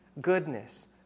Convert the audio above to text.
goodness